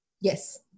Yes